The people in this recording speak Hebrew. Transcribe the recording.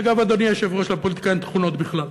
אגב, אדוני היושב-ראש, לפוליטיקה אין תכונות בכלל,